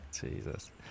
Jesus